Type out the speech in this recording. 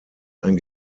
ein